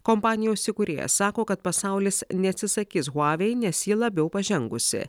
kompanijos įkūrėjas sako kad pasaulis neatsisakys huavei nes ji labiau pažengusi